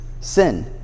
sin